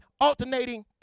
alternating